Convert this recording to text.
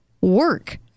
work